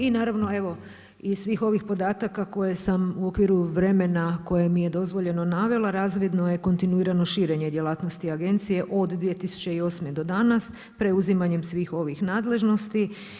I naravno evo iz svih ovih podataka koje sam u okviru vremena koje mi je dozvoljeno navela razvidno je kontinuirano širenje djelatnosti agencije od 2008. do danas preuzimanjem svih ovih nadležnosti.